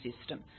system